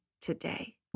today